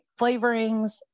flavorings